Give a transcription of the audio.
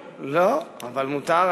לא, אבל מותר.